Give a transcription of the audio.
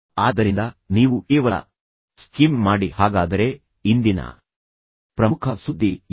ಆದ್ದರಿಂದ ನೀವು ಕೇವಲ ಸ್ಕಿಮ್ ಮಾಡಿ ಹಾಗಾದರೆ ಇಂದಿನ ಪ್ರಮುಖ ಸುದ್ದಿ ಏನು